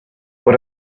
but